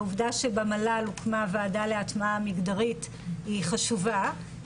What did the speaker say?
העובדה שבמל"ל הוקמה ועדה להטמעה מגדרית היא חשובה.